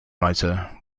writer